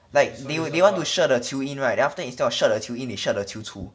like like they want to 射 the 球 in right then after that instead of 射 the 球 in they 射 the 球出